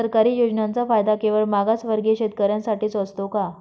सरकारी योजनांचा फायदा केवळ मागासवर्गीय शेतकऱ्यांसाठीच असतो का?